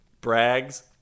Brags